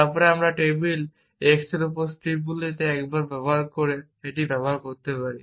তারপরে আমরা table x এর উপর স্ট্রিপগুলিতে একবার ব্যবহৃত একটি ব্যবহার করতে পারি